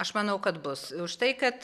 aš manau kad bus už tai kad